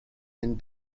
and